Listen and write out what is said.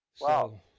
Wow